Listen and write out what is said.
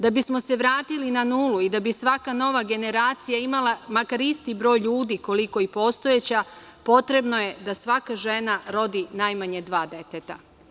Da bismo se vratili na nulu i da bi svaka nova generacija imala makar isti broj ljudi koliko i postojeća, potrebno je da svaka žena rodi najmanje dva deteta.